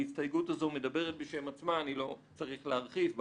ההסתייגות הזו מדברת בשם עצמה ואני לא צריך להרחיב בה.